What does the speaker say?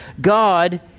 God